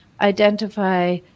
identify